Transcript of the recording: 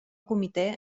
comitè